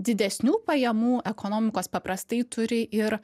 didesnių pajamų ekonomikos paprastai turi ir